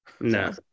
No